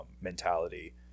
mentality